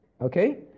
Okay